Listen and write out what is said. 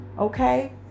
okay